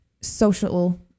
social